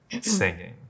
singing